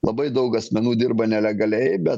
labai daug asmenų dirba nelegaliai bet